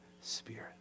spirit